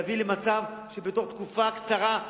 להביא למצב שבתוך תקופה קצרה,